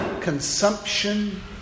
consumption